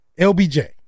LBJ